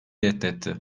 reddetti